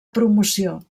promoció